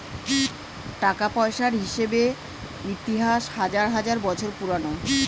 টাকা পয়সার হিসেবের ইতিহাস হাজার হাজার বছর পুরোনো